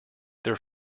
there